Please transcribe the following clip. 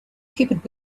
peppered